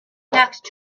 next